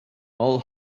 all